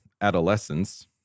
adolescence